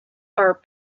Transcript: are